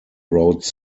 wrote